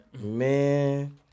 Man